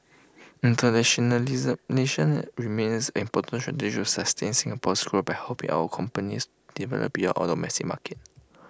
internationalize nation remains an important strategy to sustain Singapore's growth by helping our companies develop beyond our domestic market